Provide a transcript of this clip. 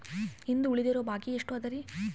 ಇಂದು ಉಳಿದಿರುವ ಬಾಕಿ ಎಷ್ಟು ಅದರಿ?